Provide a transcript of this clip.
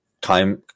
time